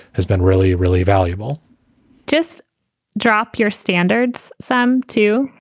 has been really, really valuable just drop your standards some too.